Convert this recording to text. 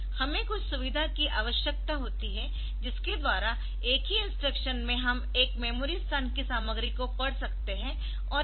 हमें कुछ सुविधा की आवश्यकता होती है जिसके द्वारा एक ही इंस्ट्रक्शन में हम एक मेमोरी स्थान की सामग्री को पढ़ सकते है और इसकी सामग्री को बदल सकते है